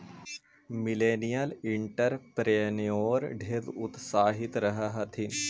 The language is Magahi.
मिलेनियल एंटेरप्रेन्योर ढेर उत्साहित रह हथिन